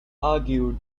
argued